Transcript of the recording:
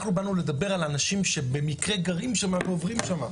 אנחנו באנו לדבר על אנשים שבמקרה גרים שמה ועוברים שמה.